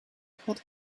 had